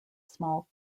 small